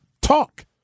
talk